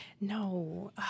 No